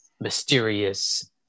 mysterious